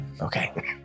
Okay